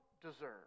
deserve